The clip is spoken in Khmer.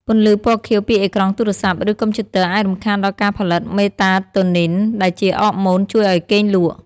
ពន្លឺពណ៌ខៀវពីអេក្រង់ទូរស័ព្ទ ឬកុំព្យូទ័រអាចរំខានដល់ការផលិតមេឡាតូនីនដែលជាអរម៉ូនជួយឱ្យគេងលក់។